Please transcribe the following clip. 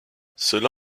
cela